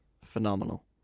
phenomenal